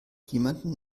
jemanden